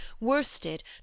worsted